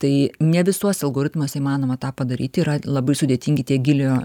tai ne visuose algoritmas įmanoma tą padaryti yra labai sudėtingi tiek giliojo